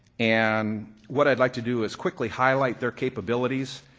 and what i'd like to do is quickly highlight their capabilities.